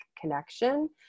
connection